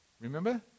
remember